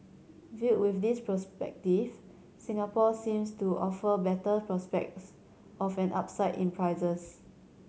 viewed with this perspective Singapore seems to offer better prospects of an upside in prices